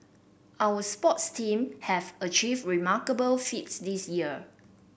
our sports team have achieved remarkable feats this year